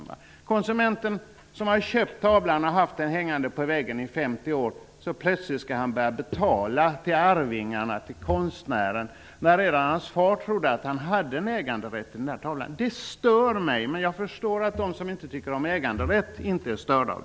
T.ex. kan konsumentens far ha köpt tavlan, och den har hängt på väggen i 50 år. Plötsligt skall konsumenten börja betala till arvingarna eller till konstnären för en tavla som redan fadern trodde att han hade äganderätten till. Det stör mig. Men jag förstår att de som inte tycker om äganderätt inte är störda.